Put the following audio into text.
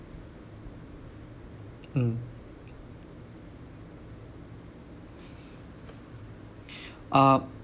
mm uh